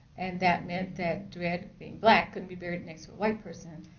and that meant that dred, being black, couldn't be buried next to a white person.